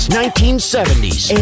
1970s